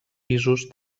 pisos